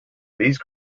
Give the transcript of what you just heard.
these